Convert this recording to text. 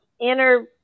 inner